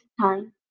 time